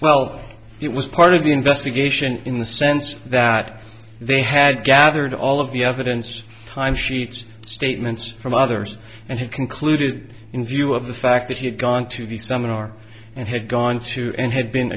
well it was part of the investigation in the sense that they had gathered all of the evidence time sheets statements from others and he concluded in view of the fact that he had gone to the seminar and had gone to and had been